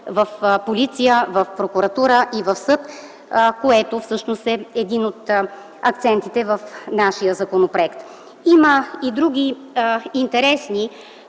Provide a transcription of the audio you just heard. в полиция, в прокуратура и в съд, което всъщност е един от акцентите в нашия законопроект. Има и други интересни,